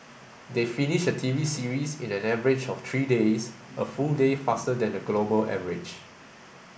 they finish a T V series in an average of three days a full day faster than the global average